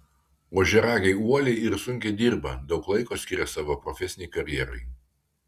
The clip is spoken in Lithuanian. ožiaragiai uoliai ir sunkiai dirba daug laiko skiria savo profesinei karjerai